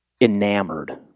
enamored